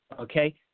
okay